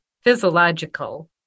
physiological